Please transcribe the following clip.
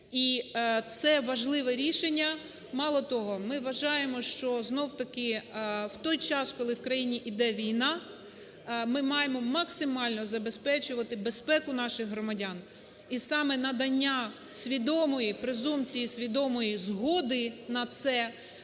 це важливе рішення… Мало того, ми вважаємо, що знов-таки в той час, коли в країні йде війна, ми маємо максимально забезпечувати безпеку наших громадян. І саме надання свідомої, презумпції свідомої згоди на це